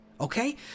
okay